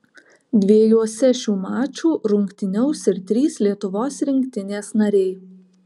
dviejuose šių mačų rungtyniaus ir trys lietuvos rinktinės nariai